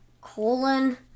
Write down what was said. Colon